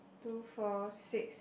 two four six